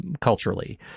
culturally